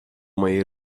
mojej